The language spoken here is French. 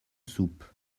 soupe